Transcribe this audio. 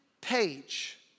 page